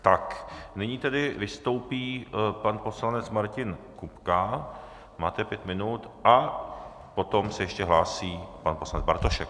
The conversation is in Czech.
Tak nyní tedy vystoupí pan poslanec Martin Kupka, máte pět minut, a potom se ještě hlásí pan poslanec Bartošek.